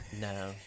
No